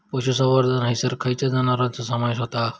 पशुसंवर्धन हैसर खैयच्या जनावरांचो समावेश व्हता?